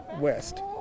West